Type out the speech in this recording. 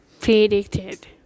predicted